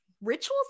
rituals